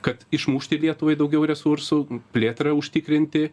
kad išmušti lietuvai daugiau resursų plėtrą užtikrinti